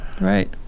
right